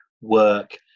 work